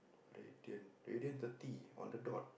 radiant radiant thirty on the dot